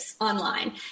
online